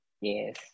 Yes